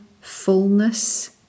fullness